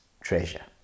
treasure